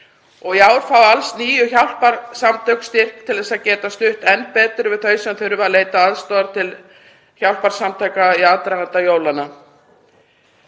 og í ár fá alls níu hjálparsamtök styrk til að geta stutt enn betur við þau sem þurfa að leita aðstoðar hjá hjálparsamtökum í aðdraganda jólanna.